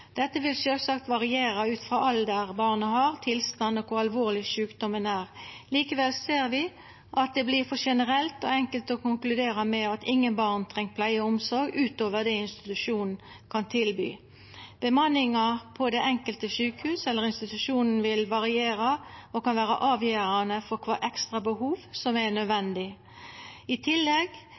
tilstand og kor alvorleg sjukdomen er. Likevel ser vi at det vert for generelt og enkelt å konkludera med at ingen barn treng pleie og omsorg utover det institusjonen kan tilby. Bemanninga på det enkelte sjukehuset eller den enkelte institusjonen vil variera og kan vera avgjerande for kva ekstra behov det er nødvendig å dekkja. I tillegg